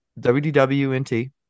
WDWNT